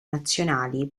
nazionali